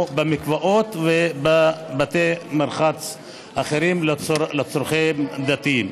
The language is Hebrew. במקוואות ובבתי מרחץ אחרים לצרכים דתיים.